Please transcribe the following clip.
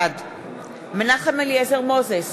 בעד מנחם אליעזר מוזס,